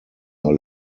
are